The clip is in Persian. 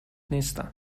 نیستم